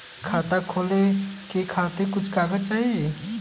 खाता खोले के खातिर कुछ कागज चाही?